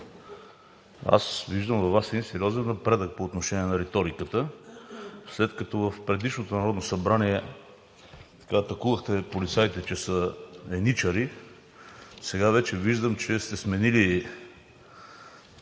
аз виждам във Вас един сериозен напредък по отношение на реториката. След като в предишното Народно събрание атакувахте полицаите, че са еничари, сега вече виждам, че сте сменили